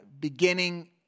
beginning